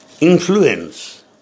influence